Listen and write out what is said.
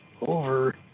over